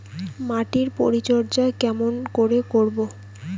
মাটির পরিচর্যা কেমন করে করব?